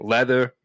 Leather